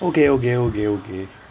okay okay okay okay